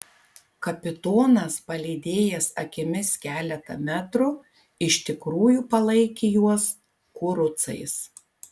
kapitonas palydėjęs akimis keletą metrų iš tikrųjų palaikė juos kurucais